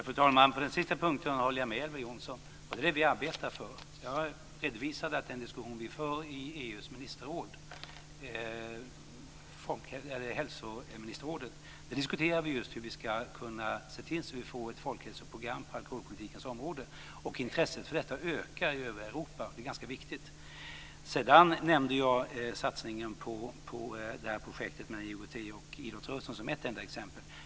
Fru talman! På den sista punkten håller jag med Elver Jonsson. Vi arbetar för detta. Jag redovisade att vi i den diskussion vi för i EU:s hälsoministerråd tar upp just hur vi ska se till att få ett folkhälsoprogram på alkoholpolitikens område. Intresset för detta ökar i övriga Europa, och det är ganska viktigt. Jag nämnde satsningen på projektet med IOGT och idrottsrörelsen som ett enda exempel.